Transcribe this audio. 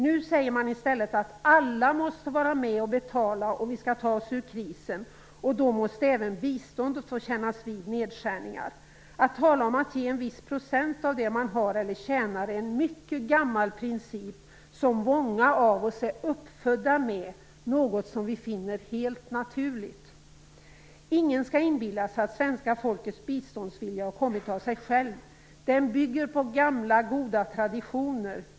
Nu säger man i stället att alla måste vara med och betala om vi skall ta oss ur krisen, och att även biståndet då måste få kännas vid nedskärningar. Att tala om att ge en viss procent av det man har eller tjänar är en mycket gammal princip som många av oss är uppfödda med. Det är något som vi finner helt naturligt. Ingen skall inbilla sig att svenska folkets biståndsvilja har kommit av sig självt. Den bygger på gamla goda traditioner.